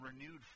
renewed